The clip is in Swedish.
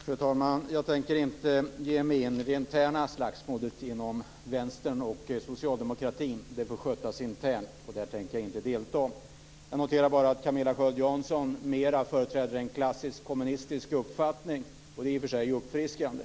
Fru talman! Jag tänker inte ge mig in i det interna slagsmålet inom Vänstern och socialdemokratin. Det får skötas internt. Där tänker jag inte delta. Jag noterar bara att Camilla Sköld Jansson mera företräder en klassisk kommunistisk uppfattning, och det är i och för sig uppfriskande.